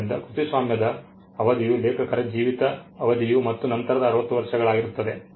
ಆದ್ದರಿಂದ ಕೃತಿಸ್ವಾಮ್ಯದ ಅವಧಿಯು ಲೇಖಕರ ಜೀವಿತ ಅವಧಿಯು ಮತ್ತು ನಂತರದ 60 ವರ್ಷಗಳಾಗಿರುತ್ತದೆ